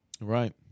Right